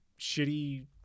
shitty